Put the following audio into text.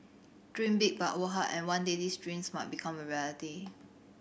dream big but work hard and one day these dreams might become a reality